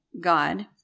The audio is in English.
God